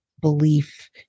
Belief